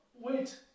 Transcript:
wait